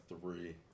three